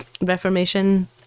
reformation